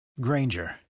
Granger